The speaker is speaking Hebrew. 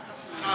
סלומינסקי,